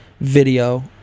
video